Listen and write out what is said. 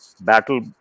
battle